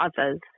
others